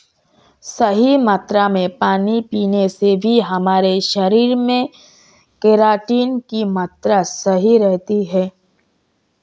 सही मात्रा में पानी पीने से भी हमारे शरीर में केराटिन की मात्रा सही रहती है